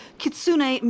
Kitsune